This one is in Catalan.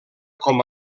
com